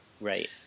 Right